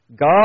God